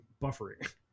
buffering